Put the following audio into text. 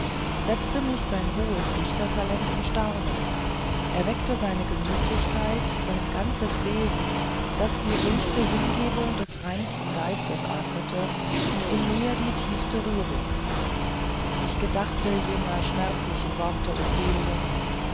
setzte mich sein hohes dichtertalent in staunen erweckte seine gemütlichkeit sein ganzes wesen das die ruhigste hingebung des reinsten geistes atmete in mir die tiefste rührung ich gedachte jener schmerzlichen worte